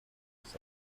hosts